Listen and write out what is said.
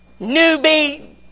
newbie